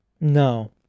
No